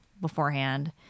beforehand